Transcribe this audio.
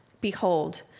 Behold